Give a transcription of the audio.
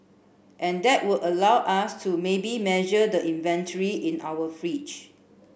and that would allow us to maybe measure the inventory in our fridge